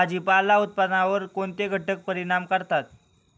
भाजीपाला उत्पादनावर कोणते घटक परिणाम करतात?